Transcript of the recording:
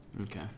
Okay